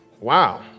Wow